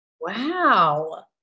Wow